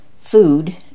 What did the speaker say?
food